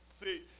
See